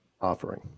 offering